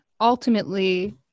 ultimately